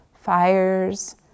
fires